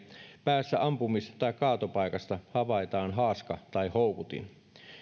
päässä ampumis tai kaatopaikasta havaitaan haaska tai houkutin